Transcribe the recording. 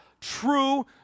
true